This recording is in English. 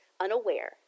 unaware